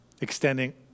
Extending